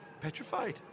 Petrified